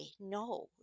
No